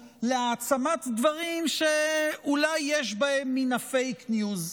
להעצמת דברים שאולי יש בהם מן הפייק-ניוז.